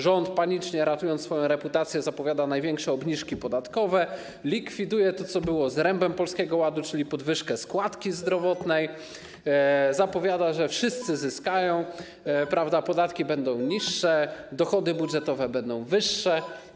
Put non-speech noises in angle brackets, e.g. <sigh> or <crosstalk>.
Rząd, ratując swoją reputację, panicznie zapowiada największe obniżki podatkowe, likwiduje to, co było zrębem Polskiego Ładu, czyli podwyżkę składki zdrowotnej, zapowiada, że wszyscy <noise> zyskają, podatki będą niższe, dochody budżetowe będą wyższe.